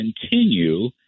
continue